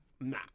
Nah